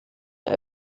der